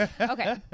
okay